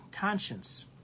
conscience